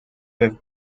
have